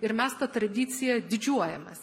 ir mes ta tradicija didžiuojamės